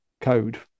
code